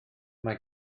mae